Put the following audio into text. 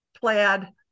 plaid